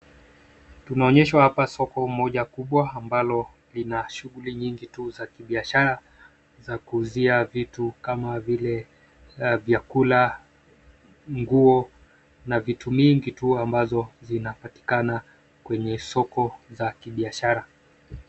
Tumeonyeshwa hapa soko moja kubwa ambalo lina shughuli nyingi tu za kibiashara za kuzuia vitu kama vile vyakula, nguo na vitu mingi tu ambazo zinapatikana kwenye soko za kibiashara.